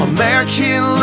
American